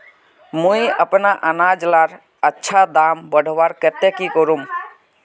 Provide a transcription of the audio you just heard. मुई अपना अनाज लार अच्छा दाम बढ़वार केते की करूम?